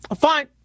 fine